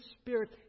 Spirit